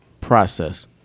process